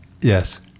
Yes